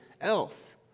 else